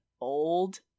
old